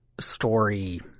story